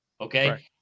Okay